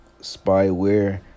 spyware